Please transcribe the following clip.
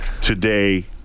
Today